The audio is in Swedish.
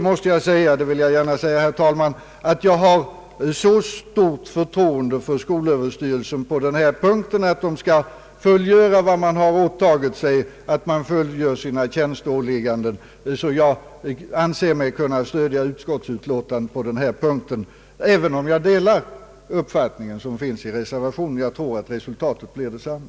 Jag vill gärna säga, herr talman, att jag har så stort förtroende för skolöverstyrelsen att jag litar på att man där fullföljer sina tjänsteåligganden. Jag anser mig därför kunna stödja utskottsutlåtandet på denna punkt, även om jag delar uppfattningen i reservationen. Jag tror att resultatet blir detsamma.